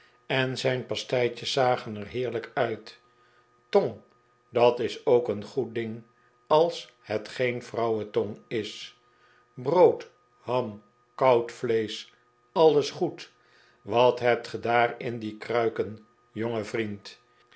en zijn pasteitjes zagen er heerlijk uit tong dat is ook een goed ding als het geen vrouwentong is brood ham koud vleesch alles goed wat hebt ge daar in die kruiken jonge vriend